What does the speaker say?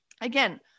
Again